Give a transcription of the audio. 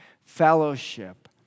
fellowship